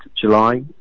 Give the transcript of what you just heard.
July